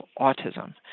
autism